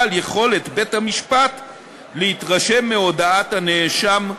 על יכולת בית-המשפט להתרשם מהודאת הנאשם ולהעריכה.